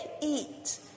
eat